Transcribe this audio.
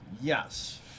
Yes